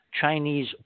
Chinese